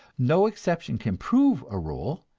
no exception can prove a rule.